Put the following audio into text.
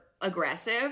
aggressive